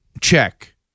check